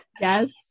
Yes